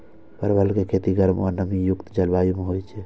परवल के खेती गर्म आ नमी युक्त जलवायु मे होइ छै